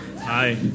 Hi